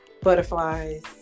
butterflies